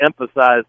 emphasize